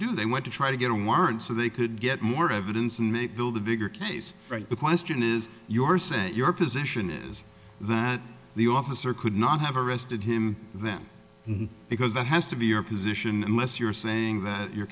do they went to try to get a warrant so they could get more evidence to make build a bigger case right the question is your say your position is that the officer could not have arrested him then because that has to be your position unless you're saying that you're